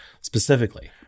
specifically